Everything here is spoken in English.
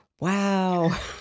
Wow